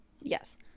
Yes